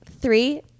Three